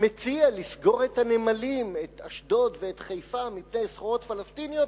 מציע לסגור את הנמלים באשדוד ובחיפה בפני סחורות פלסטיניות,